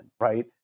right